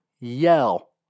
yell